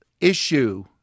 issue